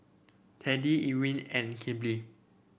Teddie Irwin and Kelby